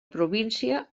província